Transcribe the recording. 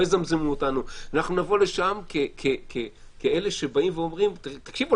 לא "יזמזמו" אותנו אנחנו נבוא לשם כאלה שאומרים: תקשיבו,